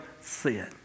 sin